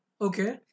Okay